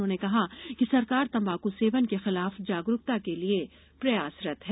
उन्होंने कहा कि सरकार तम्बाकू सेवन के खिलाफ जागरूकता के लिए प्रयासरत है